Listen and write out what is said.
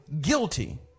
Guilty